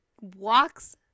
walks